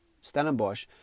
Stellenbosch